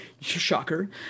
shocker